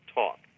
talk